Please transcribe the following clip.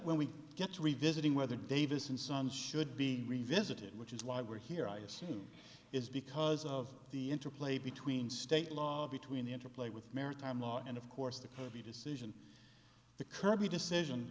when we get to revisiting whether davis and son should be revisited which is why we're here i assume it's because of the interplay between state law between the interplay with maritime law and of course the kirby decision the kirby decision